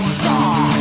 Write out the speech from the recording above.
saw